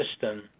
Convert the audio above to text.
system